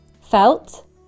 felt